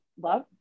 love